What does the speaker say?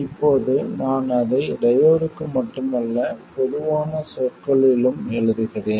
இப்போது நான் அதை டையோடுக்கு மட்டுமல்ல பொதுவான சொற்களிலும் எழுதுகிறேன்